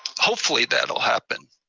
hopefully that'll happen.